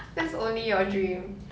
that's only your dream